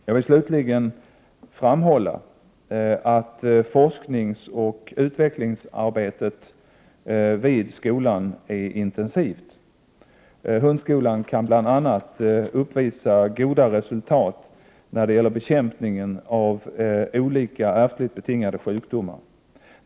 Jag vill slutligen framhålla att forskningsoch utvecklingsarbetet vid skolan är intensivt. Hundskolan kan bl.a. uppvisa goda resultat när det gäller bekämpningen av olika ärftligt betingade sjukdomar.